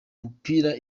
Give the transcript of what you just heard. mupira